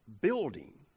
building